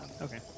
okay